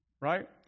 right